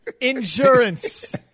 Insurance